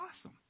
awesome